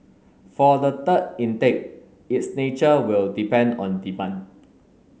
for the third intake its nature will depend on demand